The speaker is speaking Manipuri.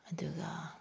ꯑꯗꯨꯒ